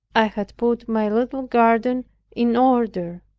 i had put my little garden in order.